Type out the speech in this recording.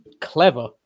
clever